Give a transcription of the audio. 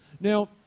Now